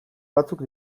batzuk